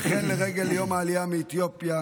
וכן לרגל יום העלייה מאתיופיה.